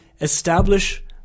establish